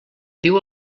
diu